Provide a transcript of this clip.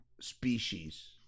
species